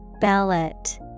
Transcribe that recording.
Ballot